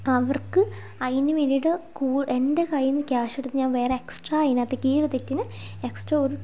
അവർക്ക് അതിനു വേണ്ടിയിട്ട് എൻ്റെ കയ്യിൽ നിന്ന് ക്യാഷ് എടുത്ത് ഞാൻ വേറെ എക്സ്ട്രാ അതിനകത്തേക്ക് ഈയൊരു തെറ്റിന് എക്സ്ട്ര ഒരു